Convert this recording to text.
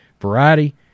Variety